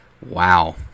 Wow